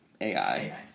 AI